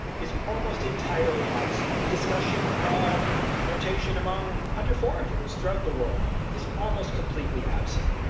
is almost entirely absent. the discussion of notation among hunter-foragers throughout the world is almost completely absent.